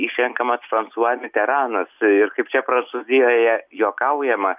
išrenkamas fransua miteranas ir kaip čia prancūzijoje juokaujama